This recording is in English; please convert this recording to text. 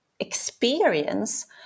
experience